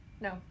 no